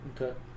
Okay